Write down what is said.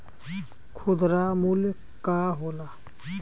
खुदरा मूल्य का होला?